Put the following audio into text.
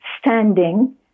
standing